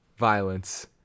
Violence